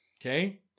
Okay